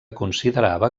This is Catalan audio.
considerava